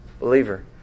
believer